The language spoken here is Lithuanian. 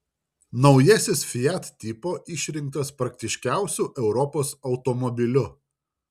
naujasis fiat tipo išrinktas praktiškiausiu europos automobiliu